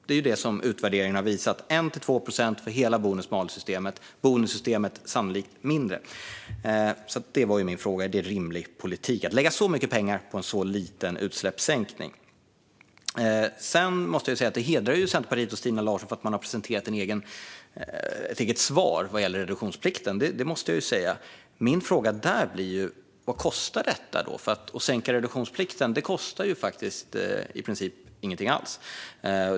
Det är ju det som utvärderingen har visat: 1-2 procent för hela bonus malus-systemet och sannolikt mindre för bonussystemet. Det var min fråga. Är det rimlig politik att lägga så mycket pengar på en så liten utsläppssänkning? Jag måste säga att det hedrar Centerpartiet och Stina Larsson att man har presenterat ett eget svar vad gäller reduktionsplikten. Det måste jag säga. Min fråga där blir vad detta kostar. Att sänka reduktionsplikten kostar i princip ingenting alls.